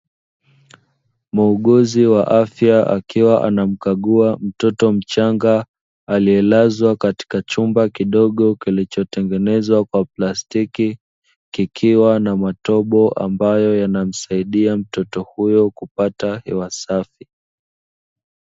Muuguzi wa afya, akiwa anamkagua mtoto mchanga aliyelazwa katika chumba kidogo kilichotengenezwa kwa plastiki, kikiwa na matobo ambayo yanamsaidia mtoto huyo kupata hewa safi.